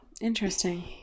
Interesting